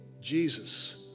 Jesus